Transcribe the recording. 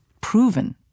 proven